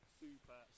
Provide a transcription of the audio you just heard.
super